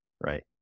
Right